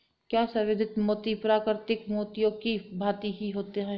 क्या संवर्धित मोती प्राकृतिक मोतियों की भांति ही होता है?